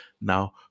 now